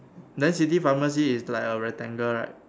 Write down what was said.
then city pharmacy is like a rectangle right